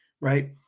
right